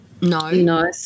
No